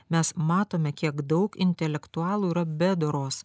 mes matome kiek daug intelektualų yra be doros